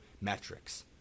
metrics